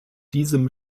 diesem